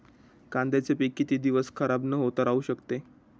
कांद्याचे पीक किती दिवस खराब न होता राहू शकते?